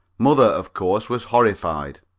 mother, of course, was horrified.